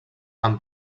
amb